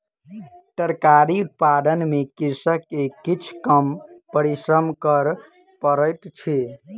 तरकारी उत्पादन में कृषक के किछ कम परिश्रम कर पड़ैत अछि